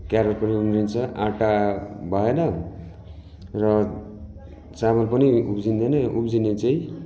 carrot पनि उम्रिन्छ आँटा भएन र चामल पनि उब्जिँदैन उब्जिने चाहिँ